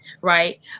Right